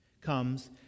comes